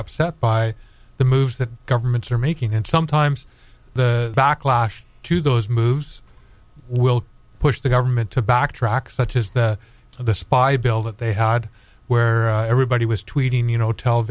upset by the moves that governments are making and sometimes that backlash to those moves will push the government to backtrack such as that of the spy bill that they had where everybody was tweeting you know tell